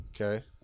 Okay